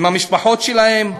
עם המשפחות שלהם,